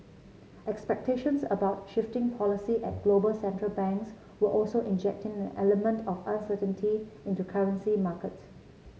expectations about shifting policy at global central banks were also injecting an element of uncertainty into currency markets